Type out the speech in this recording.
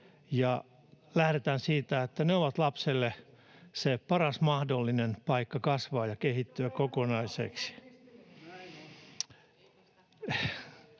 lähdetään siitä, että se on lapselle se paras mahdollinen paikka kasvaa ja kehittyä kokonaiseksi.